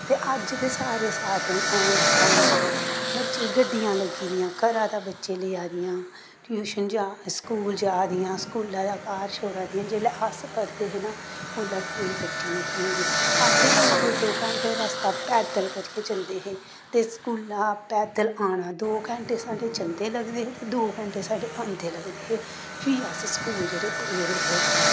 ते अज्ज ते सारे साधन हैन पढ़ाने दे बच्चें गड्डियां लग्गी दियां घरा दा बच्चे लेआ दियां ट्यूशन जा दे स्कूल जा दियां स्कूला दा घर छोड़ा दियां जेल्लै अस पढ़दे हे ना ओल्लै कोई गड्डी निं ही होंदी असें दो दो घैंटे रस्ता पैदल करियै जंदे हे ते स्कूला पैदल औना दौ घैंटे साढ़े जंदे लगदे हे ते दौ घैंटे साढ़े औंदे लगदे हे फ्ही अस स्कूल जेह्ड़े पुजदे हे